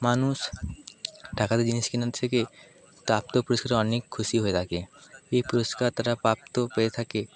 মানুষ টাকা দিয়ে জিনিস কেনার থেকে প্রাপ্ত পুরস্কারে অনেক খুশি হয়ে থাকে এই পুরস্কার তারা প্রাপ্ত পেয়ে থাকে